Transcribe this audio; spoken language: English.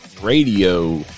radio